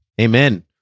Amen